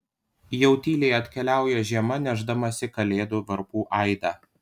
jau tyliai atkeliauja žiema nešdamasi kalėdų varpų aidą